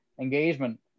engagement